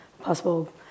possible